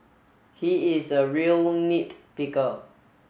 he is a real nit picker